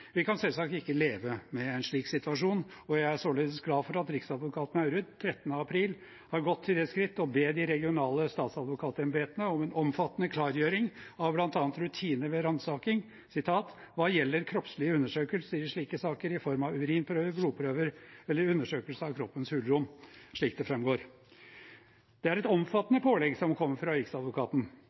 Vi kan selvsagt ikke leve med en slik situasjon, og jeg er således glad for at riksadvokat Maurud 13. april har gått til det skritt å be de regionale statsadvokatembetene om en omfattende klargjøring av bl.a. rutiner ved ransaking «hva gjelder kroppslige undersøkelser i slike saker, i form av urinprøve, blodprøve eller undersøkelse av kroppens hulrom», slik det framgår. Det er et omfattende pålegg som kommer fra Riksadvokaten